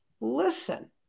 listen